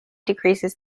decreases